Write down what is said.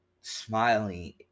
smiling